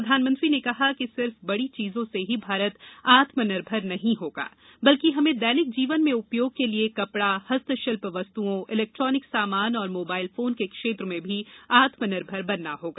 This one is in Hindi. प्रधानमंत्री ने कहा कि सिर्फ बड़ी चीजों से ही भारत आत्म निर्भर नहीं होगा बल्कि हमें दैनिक जीवन में उपयोग के लिए कपड़ा हस्तशिल्प वस्तुओं इलेक्ट्रिोनिक सामान और मोबाइल फोन के क्षेत्र में भी आत्म निर्भर बनना होगा